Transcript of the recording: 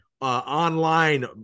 online